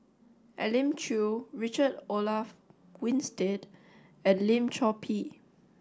Elim Chew Richard Olaf Winstedt and Lim Chor Pee